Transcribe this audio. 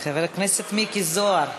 חבר הכנסת מיקי זוהר,